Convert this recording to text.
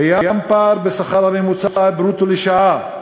קיים פער בשכר הממוצע ברוטו לשעה,